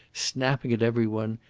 snapping at every one,